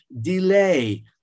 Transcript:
delay